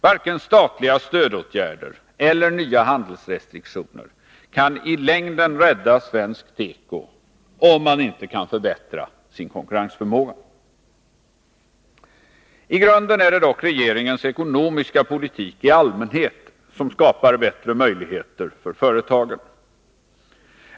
Varken statliga stödåtgärder eller nya handelsrestriktioner kan i längden rädda svensk tekoindustri, om man inte kan förbättra sin konkurrensförmåga. I grunden är det dock regeringens ekonomiska politik i allmänhet som skapar bättre möjligheter för företagen.